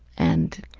and,